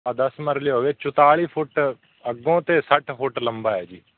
ਅ ਦਸ ਮਰਲੇ ਹੋ ਗਏ ਚੁਤਾਲੀ ਫੁੱਟ ਅੱਗੋਂ ਅਤੇ ਸੱਠ ਫੁੱਟ ਲੰਬਾ ਹੈ ਜੀ